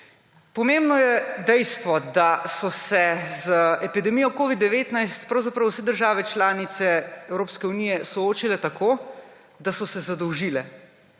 Pomembno je dejstvo, da so se z epidemijo cvid-19 pravzaprav vse države članice Evropske unije soočile tako, da so se zadolžile.